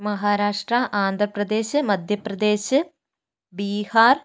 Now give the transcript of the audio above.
Maharashtra Andhra Pradesh Madhya Pradesh Bihar